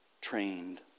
trained